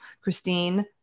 Christine